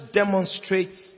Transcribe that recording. demonstrates